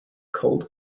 cold